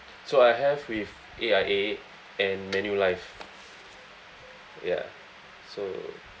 so I have with A_I_A and Manulife ya so